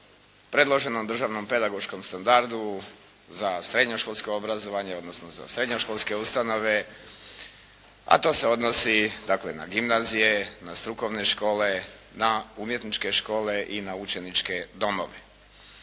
predloženom državnom pedagoškom standardu za srednjoškolsko obrazovanje, odnosno za srednjoškolske ustanove a to se odnosi dakle na gimnazije, na strukovne škole, na umjetničke škole i na učeničke domove.